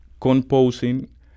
composing